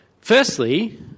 Firstly